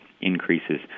increases